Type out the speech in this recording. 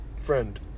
friend